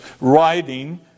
writing